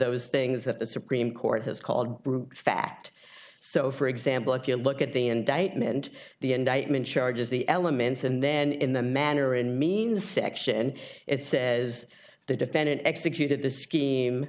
those things that the supreme court has called brute fact so for example if you look at the indictment the indictment charges the elements and then in the manner in mean fiction it says the defendant executed the scheme